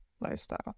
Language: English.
Lifestyle